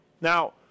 Now